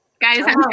guys